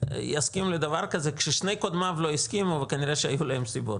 יסכים לדבר כזה כששני קודמיו לא הסכימו וכנראה שהיו להם סיבות.